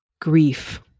grief